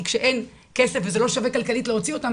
כי כשאין כסף וזה לא שווה כלכלית להוציא אותם,